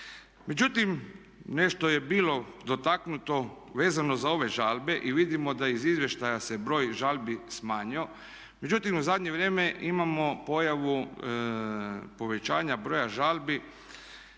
Međutim, nešto je bilo dotaknutno vezano za ove žalbe i vidimo da iz izvještaja se broj žalbi smanjio, međutim u zadnje vrijeme imamo pojavu povećanja broja žalbi